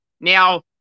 Now